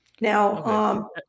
Now